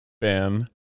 Ben